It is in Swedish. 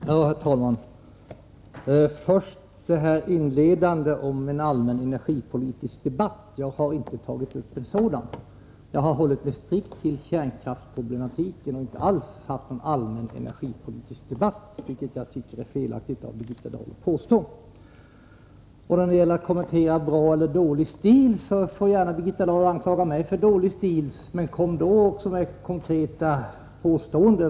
Herr talman! Först till det inledande om en allmän energipolitisk debatt. Jag har inte avsett att ta upp en sådan debatt. Jag har strikt hållit mig till 53 kärnkraftsproblematiken och inte alls syftat till att föra någon allmän energipolitisk debatt. Jag tycker att det är felaktigt av Birgitta Dahl att påstå något annat. När det gäller att kommentera bra eller dålig stil får Birgitta Dahl gärna anklaga mig för dålig stil. Men kom då också med konkreta påståenden!